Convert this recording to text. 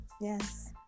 yes